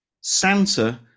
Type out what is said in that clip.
Santa